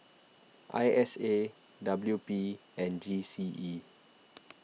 I S A W P and G C E